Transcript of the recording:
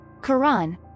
Quran